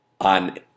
on